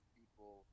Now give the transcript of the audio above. people